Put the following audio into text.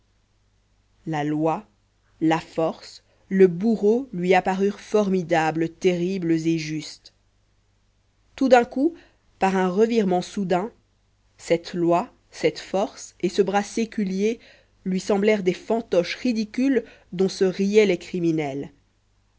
la loi la force le bourreau lui apparurent formidables terribles et justes tout d'un coup par un revirement soudain cette loi cette force et ce bras séculier lui semblèrent des fantoches ridicules dont se riaient les criminels